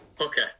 Okay